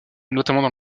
notamment